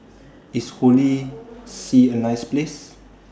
IS Holy See A nice Place